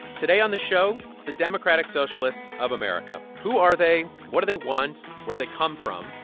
today on the show, the democratic socialists of america. who are they? what do they want? where they come from?